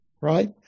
right